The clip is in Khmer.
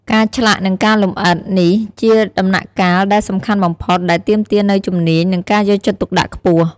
ការឆ្លាក់ និងការលម្អិត នេះជាដំណាក់កាលដែលសំខាន់បំផុត ដែលទាមទារនូវជំនាញ និងការយកចិត្តទុកដាក់ខ្ពស់។